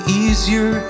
easier